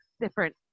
different